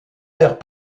airs